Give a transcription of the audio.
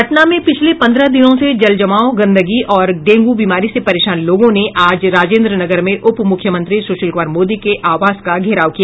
पटना में पिछले पंद्रह दिनों से जलजमाव गंदगी और डेंगू बीमारी से परेशान लोगों ने आज राजेन्द्र नगर में उपमुख्यमंत्री सुशील कुमार मोदी के आवास का घेराव किया